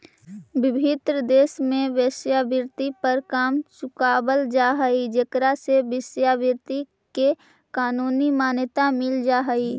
विभिन्न देश में वेश्यावृत्ति पर कर चुकावल जा हई जेकरा से वेश्यावृत्ति के कानूनी मान्यता मिल जा हई